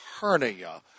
hernia